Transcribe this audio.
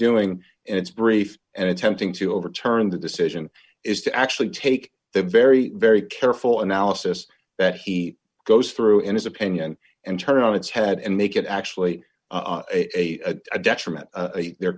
doing in its brief and attempting to overturn the decision is to actually take the very very careful analysis that he goes through in his opinion and turn on its head and make it actually a detriment they're